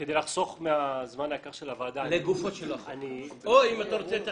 כדי לחסוך מהזמן היקר של הוועדה, אני מייצג